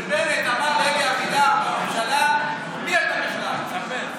כשבנט אמר לאלי אבידר בממשלה "מי אתה בכלל",